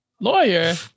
Lawyer